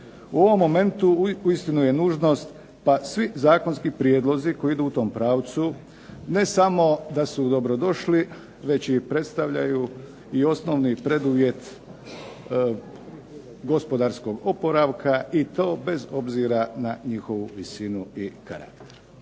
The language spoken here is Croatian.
u ovom momentu uistinu je nužnost pa svi zakonski prijedlozi koji idu u tom pravcu ne samo da su dobrodošli već predstavljaju i osnovni preduvjet gospodarskog oporavka i to bez obzira na njihovu visinu i karakter.